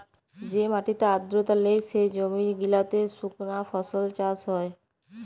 যে মাটিতে আদ্রতা লেই, সে জমি গিলাতে সুকনা ফসল চাষ হ্যয়